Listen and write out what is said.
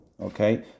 okay